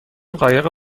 قایق